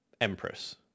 Empress